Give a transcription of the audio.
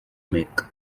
make